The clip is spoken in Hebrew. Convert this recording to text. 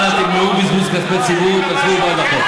אנא תמנעו בזבוז כספי ציבור ותצביעו בעד החוק.